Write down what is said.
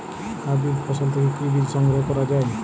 Hybrid ফসল থেকে কি বীজ সংগ্রহ করা য়ায়?